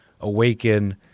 awaken